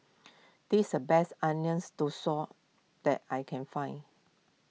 this is the best Onion Thosai that I can find